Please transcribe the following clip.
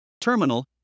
Terminal